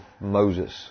Moses